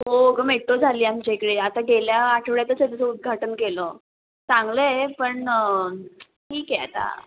हो गं मेट्रो झाली आमच्या इकडे आता गेल्या आठवड्यातच त्याचं उद्घाटन केलं चांगलं आहे पण ठीक आहे आता